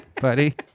buddy